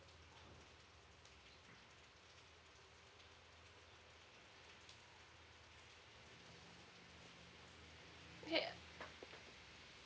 okay uh